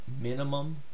Minimum